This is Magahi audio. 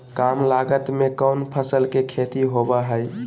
काम लागत में कौन फसल के खेती होबो हाय?